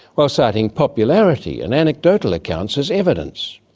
while citing popularity and anecdotal accounts as evidence.